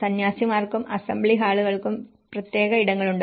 സന്യാസിമാർക്കും assembly ഹാളുകൾക്കും പ്രത്യേക ഇടങ്ങളുണ്ട്